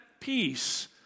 peace